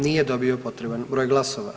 Nije dobio potreban broj glasova.